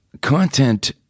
content